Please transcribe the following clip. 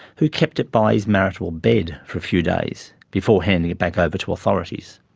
who kept it by his marital bed for a few days, before handing it back over to authorities.